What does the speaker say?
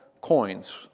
coins